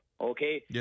okay